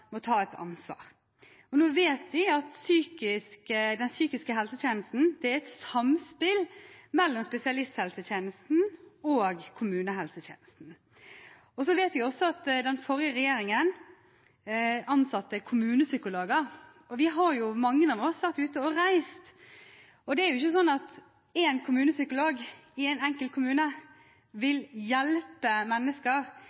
må ta et ansvar. Nå vet vi at den psykiske helsetjenesten er et samspill mellom spesialisthelsetjenesten og kommunehelsetjenesten. Vi vet også at den forrige regjeringen ansatte kommunepsykologer. Mange av oss har vært ute og reist, og det er ikke sånn at én kommunepsykolog i en enkelt kommune